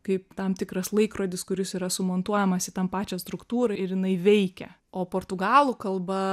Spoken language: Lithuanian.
kaip tam tikras laikrodis kuris yra sumontuojamas į tam pačią struktūrą ir jinai veikia o portugalų kalba